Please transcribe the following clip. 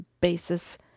basis